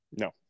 No